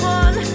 one